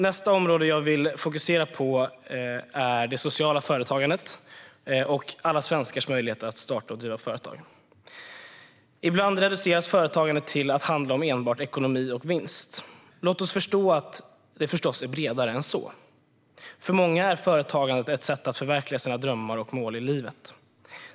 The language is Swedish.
Nästa område jag vill fokusera på är det sociala företagandet och alla svenskars möjlighet att starta och driva företag. Ibland reduceras företagande till att handla om enbart ekonomi och vinst. Det är förstås bredare än så. För många är företagande ett sätt att förverkliga drömmar och mål i livet.